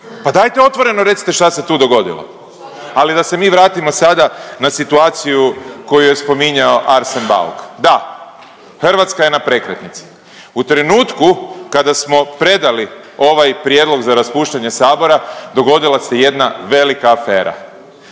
Pa dajte otvoreno recite šta se tu dogodilo. Ali da se mi vratimo sada na situaciju koju je spominjao Arsen Bauk. Da Hrvatska je na prekretnici. U trenutku kada smo predali ovaj prijedlog za raspuštanje sabora, dogodila se jedna velika afera.